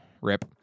rip